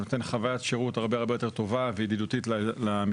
זה נותן חווית שירות הרבה יותר טובה וידידותית למשתמש,